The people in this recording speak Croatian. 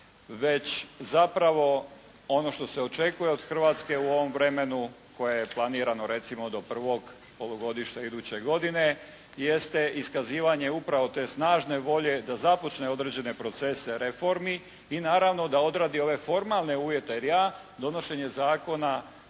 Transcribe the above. već zapravo ono što se očekuje od Hrvatske u ovom vremenu koje je planirano recimo do prvog polugodišta iduće godine jeste iskazivanje upravo te snažne volje da započne određene procese reformi i naravno da odradi ove formalne uvjete. Jer ja donošenje Zakona